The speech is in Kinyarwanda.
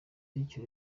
bityo